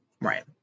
Right